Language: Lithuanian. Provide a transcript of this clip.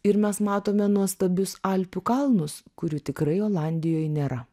ir mes matome nuostabius alpių kalnus kurių tikrai olandijoj nėra